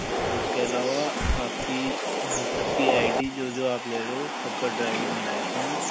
उसके अलावा आपकी सब की आई डी जो जो आप ले रहे हो सब का ड्राइविंग लाइसेंस